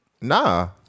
nah